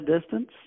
distance